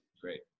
great